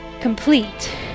complete